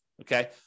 okay